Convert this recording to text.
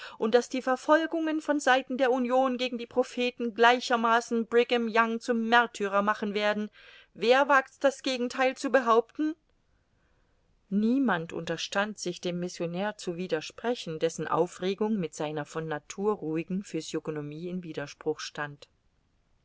und daß die verfolgungen von seiten der union gegen die propheten gleichermaßen brigham young zum märtyrer machen werden wer wagt's das gegentheil zu behaupten niemand unterstand sich dem missionär zu wider sprechen dessen aufregung mit seiner von natur ruhigen physiognomie in widerspruch stand